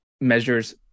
measures